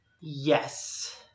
Yes